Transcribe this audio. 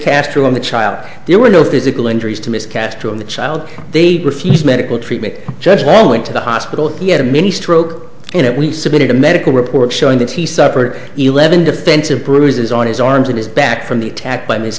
castro on the child there were no physical injuries to miss castro in the child they refuse medical treatment judge all went to the hospital he had a mini stroke in it we submitted a medical report showing that he suffered eleven defensive bruises on his arms and his back from the attack by m